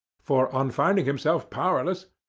for on finding himself powerless,